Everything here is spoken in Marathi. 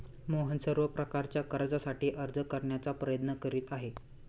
मोहन सर्व प्रकारच्या कर्जासाठी अर्ज करण्याचा प्रयत्न करीत आहे